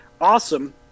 awesome